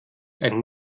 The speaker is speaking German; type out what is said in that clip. ein